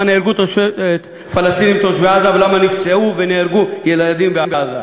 ולמה נפצעו ונהרגו ילדים בעזה,